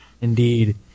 Indeed